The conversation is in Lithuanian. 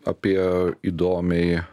apie įdomiai